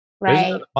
Right